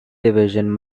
division